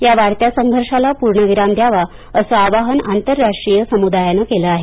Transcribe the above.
या वाढत्या संघर्षाला पूर्णविराम द्यावा असं आवाहन आंतरराष्ट्रीय समुदायानं केलं आहे